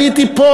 הייתי פה,